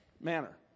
manner